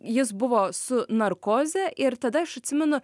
jis buvo su narkoze ir tada aš atsimenu